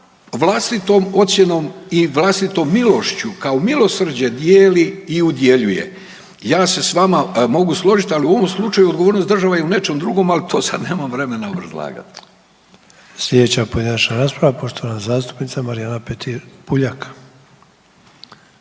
vlastitom ocjenom i vlastitom milošću kao milosrđe dijeli i udjeljuje. Ja se s vama mogu složiti, ali u ovom slučaju odgovornost države je u nečem drugom, ali to sada nemam vremena obrazlagati. **Sanader, Ante (HDZ)** Sljedeća pojedinačna rasprava poštovana zastupnica Marijana Petir. Puljak.